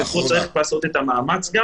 ופה צריך לעשות מאמץ,